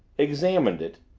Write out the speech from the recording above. examined it,